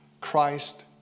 Christ